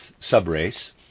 subrace